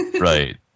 right